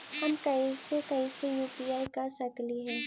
हम कैसे कैसे यु.पी.आई कर सकली हे?